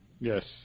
Yes